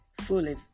fully